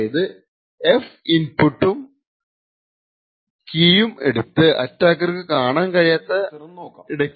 അതായാത് f ഇൻപുട്ടും കീയും എടുത്ത് അറ്റാക്കർക്കു കാണാൻ കഴിയാത്ത ഇടക്കുള്ള റിസൾട്ട് തരും